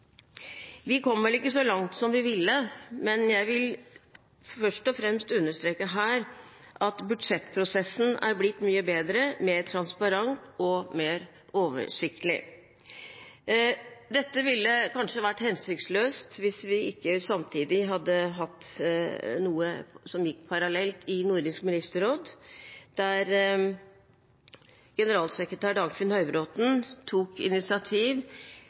Vi kom vel ikke så langt som vi ville, men jeg vil først og fremst understreke her at budsjettprosessen er blitt mye bedre, mer transparent og mer oversiktlig. Dette ville kanskje vært hensiktsløst hvis vi ikke samtidig hadde hatt noe som gikk parallelt i Nordisk ministerråd, der generalsekretær Dagfinn Høybråten tok initiativ